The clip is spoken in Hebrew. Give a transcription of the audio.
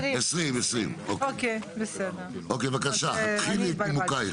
20. אוקיי, בבקשה, התחילי את נימוקייך.